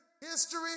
history